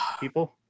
people